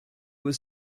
was